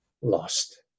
lost